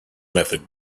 method